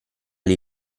gli